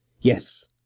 Yes